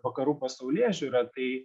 vakarų pasaulėžiūra tai